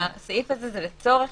שהסעיף הזה הוא לצורך